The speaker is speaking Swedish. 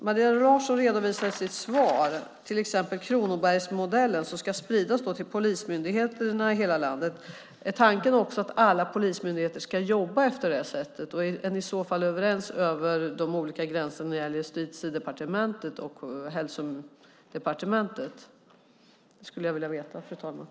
Maria Larsson redovisar i sitt svar till exempel Kronobergsmodellen, som ska spridas till polismyndigheterna i hela landet. Är tanken också att alla polismyndigheter ska jobba på det sättet? Är ni i så fall överens över de olika gränserna när det gäller Justitiedepartementet och Socialdepartementet? Det skulle jag vilja veta, fru talman.